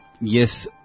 yes